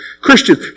Christians